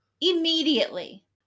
immediately